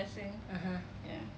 (uh huh)